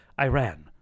Iran